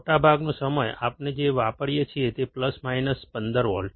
મોટા ભાગનો સમય આપણે જે વાપરીએ છીએ તે પ્લસ માઇનસ 15 વોલ્ટ